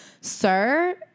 sir